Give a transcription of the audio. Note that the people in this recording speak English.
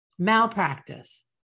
Malpractice